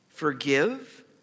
Forgive